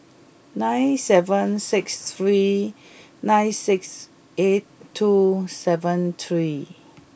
nine seven six three nine six eight two seven three